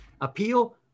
appeal